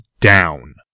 down